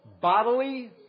bodily